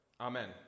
Amen